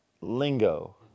lingo